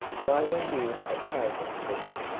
why were you a traitor, peggy?